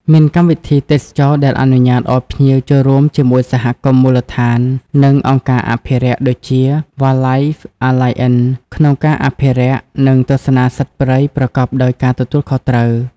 មានកម្មវិធីទេសចរណ៍ដែលអនុញ្ញាតឱ្យភ្ញៀវចូលរួមជាមួយសហគមន៍មូលដ្ឋាន និងអង្គការអភិរក្ស ដូចជា វ៉ាល ឡៃហ៍ អា ឡាយ អិន Wildlife Alliance ក្នុងការអភិរក្ស និងទស្សនាសត្វព្រៃប្រកបដោយការទទួលខុសត្រូវ។